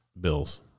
bills